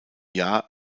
jahr